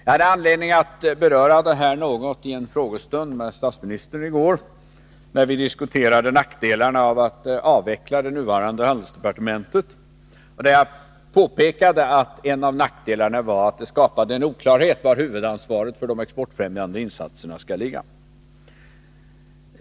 Jag hade anledning att beröra det här något i en frågestund med statsministern i går, när vi diskuterade nackdelarna med att avveckla det nuvarande handelsdepartementet. Därvid påpekade jag att en av nackdelarna var att det skapade oklarhet om var huvudansvaret för de exportfrämjande insatserna skulle ligga.